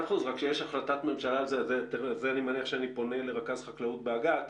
בסדר גמור אלא שיש החלטת ממשלה - אני מניח שאני פונה לרכז חקלאות באגף.